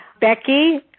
Becky